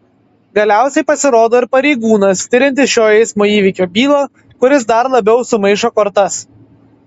galiausiai pasirodo ir pareigūnas tiriantis šio eismo įvykio bylą kuris dar labiau sumaišo kortas